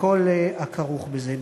וכל הכרוך בזה.